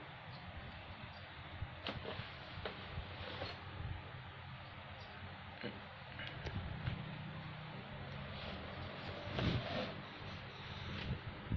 bu